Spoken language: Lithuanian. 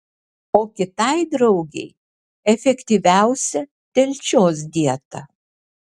o kitai draugei efektyviausia delčios dieta